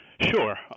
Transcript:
Sure